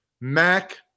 Mac